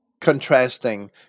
contrasting